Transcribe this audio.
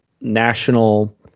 national